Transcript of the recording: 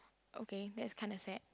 okay that's kind of sad